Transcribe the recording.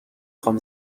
خوام